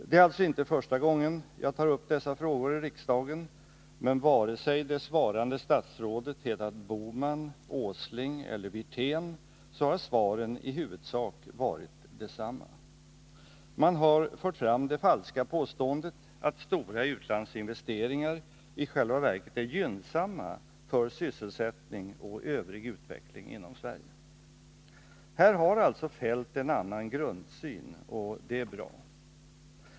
Det är alltså inte första gången jag tar upp dessa frågor i riksdagen, men vare sig det svarande statsrådet hetat Bohman, Åsling eller Wirtén, så har svaren i huvudsak varit desamma. Man har fört fram det falska påståendet att stora utlandsinvesteringar i själva verket är gynnsamma för sysselsättning och övrig utveckling inom Sverige. Här har alltså Kjell-Olof Feldt en annan grundsyn, och det är bra.